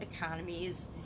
economies